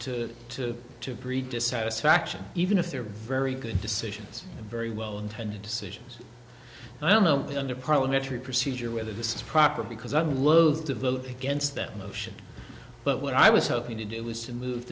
to to breed dissatisfaction even if they're very good decisions and very well intended decisions and i don't know under parliamentary procedure whether this is proper because i'm loath to vote against that motion but what i was hoping to do was to move